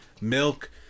milk